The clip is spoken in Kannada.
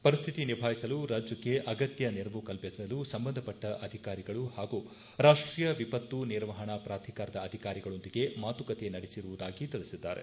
ಪರಿಸ್ಥಿತಿ ನಿಭಾಯಿಸಲು ರಾಜ್ಯಕ್ಕೆ ಅಗತ್ತ ನೆರವು ಕಲ್ಪಿಸಲು ಸಂಬಂಧಪಟ್ಟ ಅಧಿಕಾರಿಗಳು ಹಾಗೂ ರಾಷ್ಷೀಯ ವಿಪತ್ತು ನಿರ್ವಹಣಾ ಪ್ರಾಧಿಕಾರದ ಅಧಿಕಾರಿಗಳೊಂದಿಗೆ ಮಾತುಕತೆ ನಡೆಸಿರುವುದಾಗಿ ತಿಳಿಸಿದ್ದಾರೆ